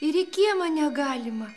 ir į kiemą negalima